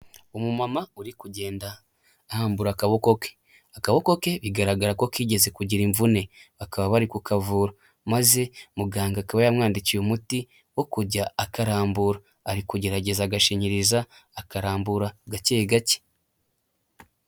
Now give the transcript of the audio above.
Umumama uri kugenda ahambura akaboko ke akaboko ke bigaragara ko kigeze kugira imvune bakaba bari ku kavura maze muganga akaba yamwandikiye umuti wo kujya akarambura ari kugerageza agashinyiriza akarambura gake gake.